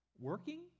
working